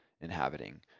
inhabiting